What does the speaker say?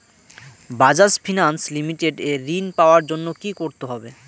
Bajaj finance limited এ ঋন পাওয়ার জন্য কি করতে হবে?